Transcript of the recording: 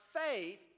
faith